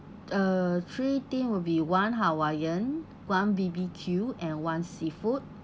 uh three thin will be one hawaiian one B_B_Q and one seafood